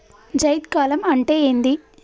జైద్ కాలం అంటే ఏంది?